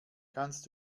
kannst